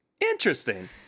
interesting